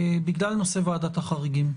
בגלל נושא ועדת החריגים.